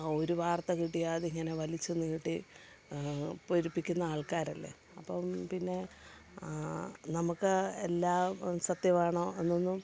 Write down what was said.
ഒരു വാർത്ത കിട്ടിയാൽ അതിങ്ങനെ വലിച്ച് നീട്ടി പെരുപ്പിക്കുന്ന ആൾക്കാരല്ലേ അപ്പം പിന്നെ നമുക്ക് എല്ലാം സത്യമാണോ എന്നൊന്നും